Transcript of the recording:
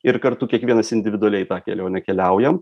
ir kartu kiekvienas individualiai tą kelionę keliaujam